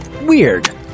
weird